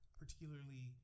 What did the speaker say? particularly